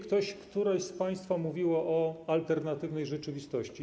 Ktoś z państwa mówił o alternatywnej rzeczywistości.